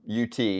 UT